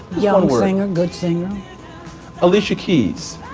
young singer, good singer alicia keys?